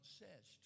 says